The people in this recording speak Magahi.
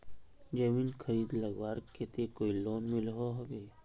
जमीन खरीद लगवार केते कोई लोन मिलोहो होबे?